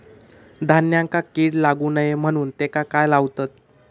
धान्यांका कीड लागू नये म्हणून त्याका काय लावतत?